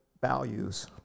values